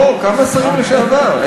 כמה שרים לשעבר?